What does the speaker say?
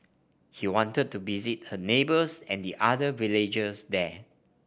he wanted to visit her neighbours and the other villagers there